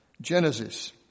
Genesis